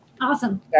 Awesome